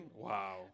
Wow